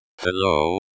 Hello